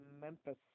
Memphis